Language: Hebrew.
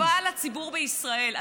קשובה לציבור בישראל.